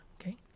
okay